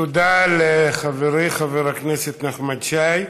תודה לחברי חבר הכנסת נחמן שי.